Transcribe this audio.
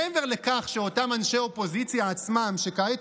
מעבר לכך שאותם אנשי אופוזיציה עצמם שכעת